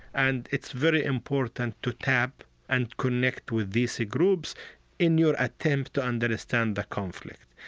and it's very important to tap and connect with these groups in your attempt to understand the conflict.